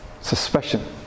suspicion